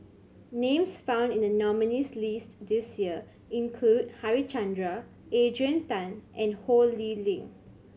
names found in the nominees' list this year include Harichandra Adrian Tan and Ho Lee Ling